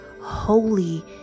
holy